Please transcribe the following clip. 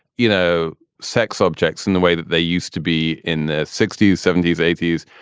you know, sex objects in the way that they used to be in the sixty s, seventy s, eighty s.